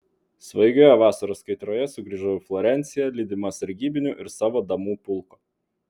svaigioje vasaros kaitroje sugrįžau į florenciją lydima sargybinių ir savo damų pulko